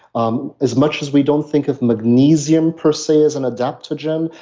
um as much as we don't think of magnesium per se as an adaptogen,